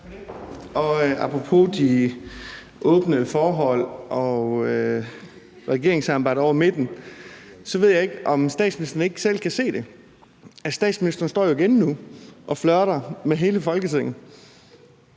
Apropos de åbne forhold og regeringssamarbejdet over midten ved jeg ikke, om statsministeren ikke selv kan se, at statsministeren nu igen står og flirter med hele Folketinget.